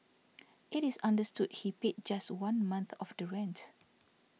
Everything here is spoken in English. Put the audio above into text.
it is understood he paid just one month of the rents